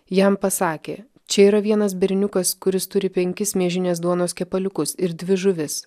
jam pasakė čia yra vienas berniukas kuris turi penkis miežinės duonos kepaliukus ir dvi žuvis